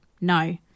No